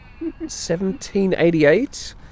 1788